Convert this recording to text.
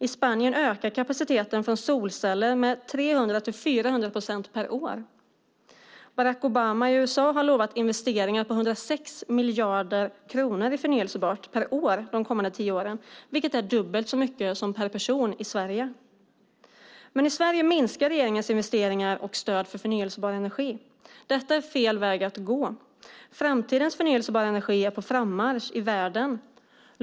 I Spanien ökar kapaciteten från solceller med 300-400 procent per år. Barack Obama i USA har lovat investeringar i förnybart på 106 miljarder kronor per år de kommande tio åren. Det är dubbelt så mycket per person som i Sverige. I Sverige minskar regeringens investeringar och stöd till förnybar energi. Detta är fel väg att gå. Framtidens förnybara energi är på frammarsch i världen.